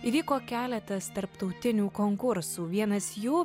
įvyko keletas tarptautinių konkursų vienas jų